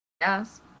Yes